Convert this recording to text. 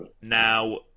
now